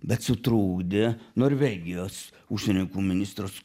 bet sutrukdė norvegijos užsienio reikalų ministras